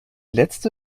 letzte